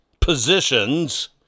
positions